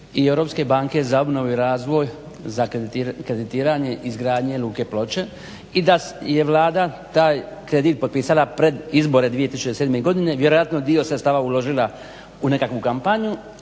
i Europske banke za obnovu i razvoj za kreditiranje izgradnje luke Ploče i da je Vlada taj kredit potpisala pred izbore 2007. godine, vjerojatno dio sredstava uložila u nekakvu kampanju,